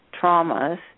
traumas